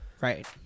Right